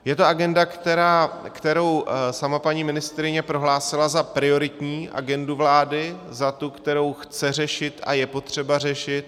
Je to agenda, kterou sama paní ministryně prohlásila za prioritní agendu vlády, za tu, kterou chce řešit a je potřeba řešit.